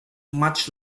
much